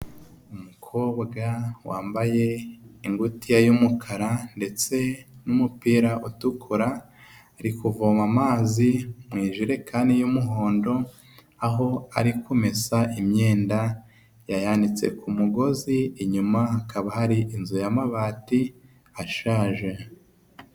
Umukobwa wambaye ingutiya y'umukara ndetse n'umupira utukura, ari kuvoma amazi mu ijerekani y'umuhondo, aho ari kumesa imyenda, yayanitse ku mugozi, inyuma hakaba hari inzu y'amabati ashaje.